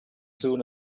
soon